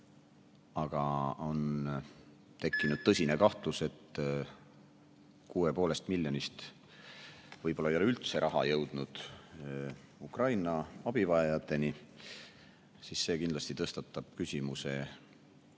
aga on tekkinud tõsine kahtlus, et 6,5 miljonist võib-olla ei ole üldse raha jõudnud Ukraina abivajajateni, siis see kindlasti tõstatab küsimuse